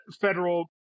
federal